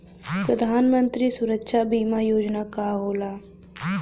प्रधानमंत्री सुरक्षा बीमा योजना का होला?